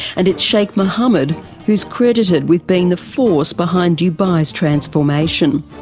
and it's sheikh mohammed who's credited with being the force behind dubai's transformation.